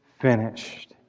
finished